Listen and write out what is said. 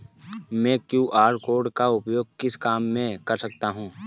मैं QR code का उपयोग किस काम में कर सकता हूं?